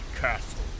castle